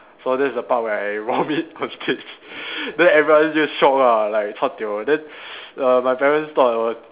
so that's the part where I vomit on stage then everyone just shock lah like chua tio then err my parents thought it was